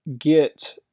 get